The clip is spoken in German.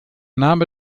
name